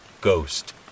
ghost